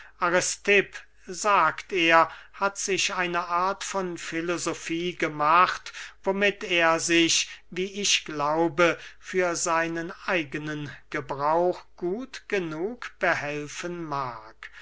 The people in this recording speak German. sagt er hat sich eine art von filosofie gemacht womit er sich wie ich glaube für seinen eigenen gebrauch gut genug behelfen mag